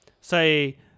say